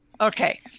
okay